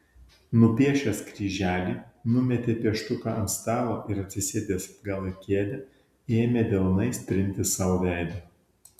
nupiešęs kryželį numetė pieštuką ant stalo ir atsisėdęs atgal į kėdę ėmė delnais trinti sau veidą